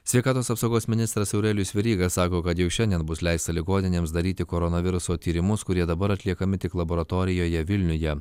sveikatos apsaugos ministras aurelijus veryga sako kad jau šiandien bus leista ligoninėms daryti koronaviruso tyrimus kurie dabar atliekami tik laboratorijoje vilniuje